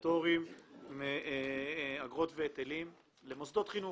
פטורים מאגרות והיטלים למוסדות חינוך.